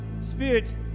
Spirit